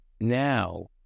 now